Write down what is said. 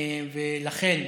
לכן,